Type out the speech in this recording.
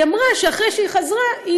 אחרי שהיא חזרה,